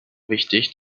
wichtig